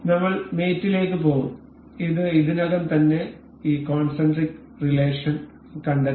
നമ്മൾ മേറ്റിലേക്കു പോകും ഇത് ഇതിനകം തന്നെ ഈ കോൺസെൻട്രിക് റിലേഷൻ കണ്ടെത്തി